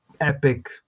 epic